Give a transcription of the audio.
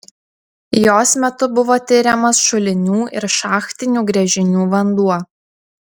jos metu buvo tiriamas šulinių ir šachtinių gręžinių vanduo